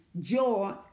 joy